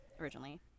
originally